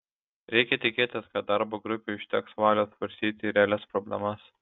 reikia tikėtis kad darbo grupei užteks valios svarstyti realias problemas